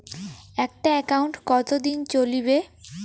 একটা একাউন্ট কতদিন চলিবে?